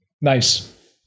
Nice